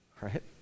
right